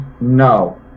no